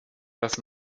dass